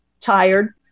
tired